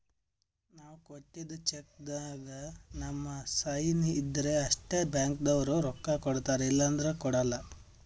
ನಾವ್ ಕೊಟ್ಟಿದ್ದ್ ಚೆಕ್ಕ್ದಾಗ್ ನಮ್ ಸೈನ್ ಇದ್ರ್ ಅಷ್ಟೇ ಬ್ಯಾಂಕ್ದವ್ರು ರೊಕ್ಕಾ ಕೊಡ್ತಾರ ಇಲ್ಲಂದ್ರ ಕೊಡಲ್ಲ